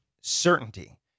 certainty